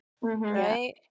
Right